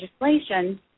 legislation